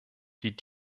die